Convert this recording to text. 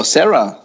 Sarah